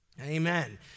Amen